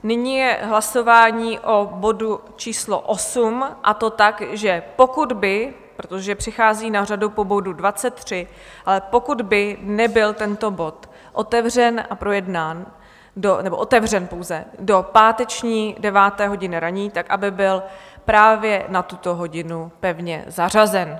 Nyní je hlasování o bodu číslo 8, a to tak, že pokud by, protože přichází na řadu po bodu 23, ale pokud by nebyl tento bod otevřen a projednán nebo otevřen pouze do páteční 9. hodiny ranní, tak aby byl právě na tuto hodinu pevně zařazen.